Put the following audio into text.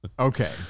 Okay